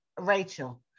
Rachel